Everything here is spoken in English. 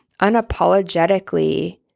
unapologetically